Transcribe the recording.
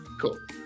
Cool